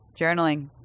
journaling